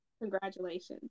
congratulations